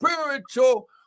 spiritual